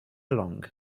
along